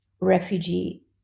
refugee